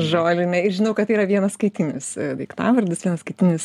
žolinė ir žinau kad yra vienaskaitinis daiktavardis vienaskaitinis